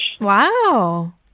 Wow